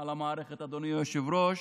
על המערכת, אדוני היושב-ראש,